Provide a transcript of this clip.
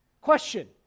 question